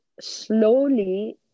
slowly